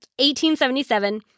1877